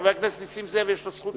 לחבר הכנסת נסים זאב יש זכות לשאול,